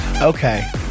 Okay